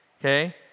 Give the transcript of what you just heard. okay